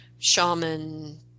shaman